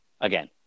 again